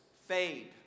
fade